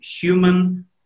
human